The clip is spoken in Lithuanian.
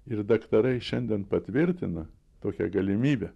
ir daktarai šiandien patvirtina tokią galimybę